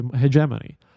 hegemony